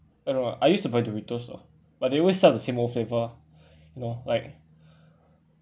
I don't know ah I used to buy doritos though but they always sell the same old flavour you know like